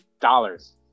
dollars